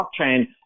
blockchain